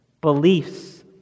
beliefs